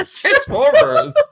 transformers